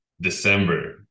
December